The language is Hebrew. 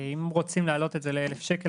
אם רוצים להעלות את זה ל-1,000 שקלים,